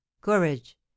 courage